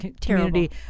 community